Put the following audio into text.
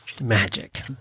Magic